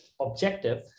objective